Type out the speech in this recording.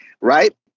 Right